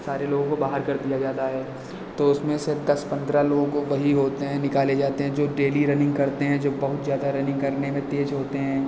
सारे लोगों को बाहर कर दिया जाता है तो उसमें से दस पन्द्रह लोगों को वही होते हैं निकाले जाते हैं जो डेली रनिंग करते हैं जो बहुत ज़्यादा रनिंग करने में तेज होते हैं